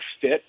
fit